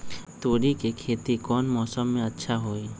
तोड़ी के खेती कौन मौसम में अच्छा होई?